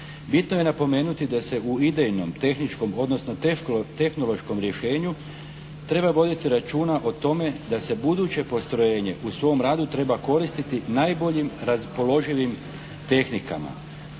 Bitno je napomenuti da se u idejnom, tehničkom odnosno tehnološkom rješenju treba voditi računa o tome da se buduće postrojenje u svom radu treba koristiti najboljim raspoloživim tehnikama.